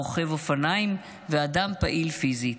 רוכב אופניים ואדם פעיל פיזית.